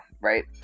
right